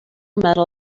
medal